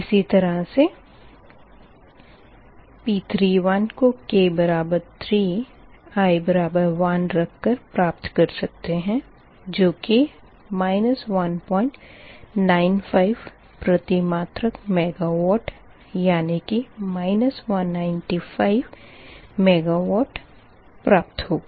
इसी तरह से P31 को k 3 i 1 रख कर प्राप्त कर सकते है जोकि 195 प्रतिमात्रक मेगावाट यानी कि 195 मेगावाट प्राप्त होगा